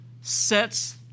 sets